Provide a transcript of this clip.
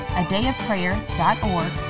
adayofprayer.org